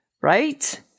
Right